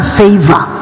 favor